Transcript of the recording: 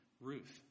Ruth